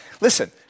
Listen